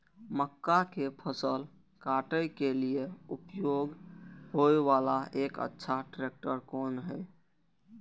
मक्का के फसल काटय के लिए उपयोग होय वाला एक अच्छा ट्रैक्टर कोन हय?